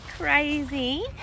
Crazy